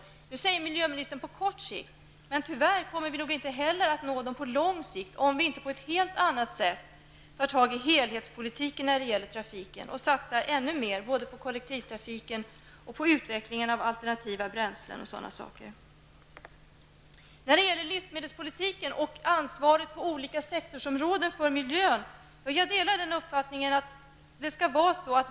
Miljöministern säger att det gäller på kort sikt, men tyvärr kommer vi inte heller att nå miljömålet på lång sikt, om vi inte på ett helt annat sätt för en helhetspolitik när det gäller trafiken och satsar ännu mer både på kollektivtrafiken och på utveckling av alternativa bränslen. När det gäller livsmedelspolitiken och ansvaret för miljön på olika sektorsområden delar jag uppfattningen att